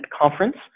conference